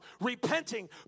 Repenting